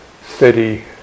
steady